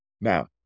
Now